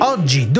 Oggi